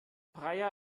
praia